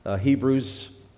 Hebrews